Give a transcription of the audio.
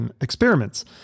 experiments